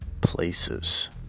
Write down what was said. places